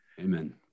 Amen